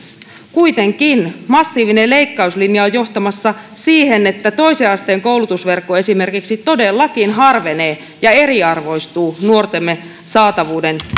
kuitenkin massiivinen leikkauslinja on johtamassa siihen että esimerkiksi toisen asteen koulutusverkko todellakin harvenee ja eriarvoistuu nuortemme silmissä saatavuuden